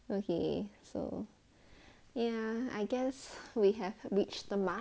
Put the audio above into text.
okay so ya I guess we have reached the mark